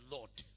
Lord